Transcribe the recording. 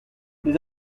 les